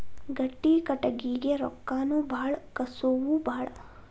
ಗಟ್ಟಿ ಕಟಗಿಗೆ ರೊಕ್ಕಾನು ಬಾಳ ಕಸುವು ಬಾಳ